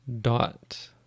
dot